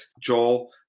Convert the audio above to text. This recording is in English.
Joel